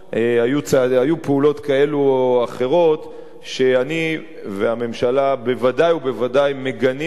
היו פעולות כאלה או אחרות שאני והממשלה בוודאי ובוודאי מגנים אותן,